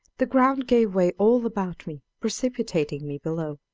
the ground gave way all about me, precipitating me below.